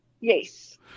Yes